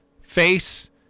face